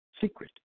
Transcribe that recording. secret